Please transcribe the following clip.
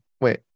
wait